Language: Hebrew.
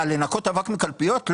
לנקות אבק מקלפיות?